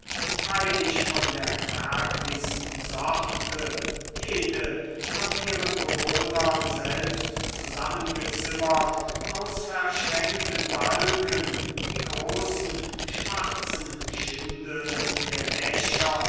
freilich von der kärglichsten sorte jede von ihren bewohnern selbst zusammengezimmert aus verschränkten balken die großen schwarzen schindeln der dächer